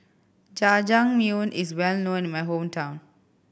Jajangmyeon is well known in my hometown